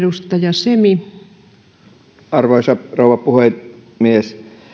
arvoisa rouva puhemies